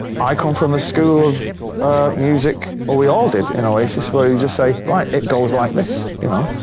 i come from a school of music, well, we all did in oasis, where you just say, right, it goes like this, you know,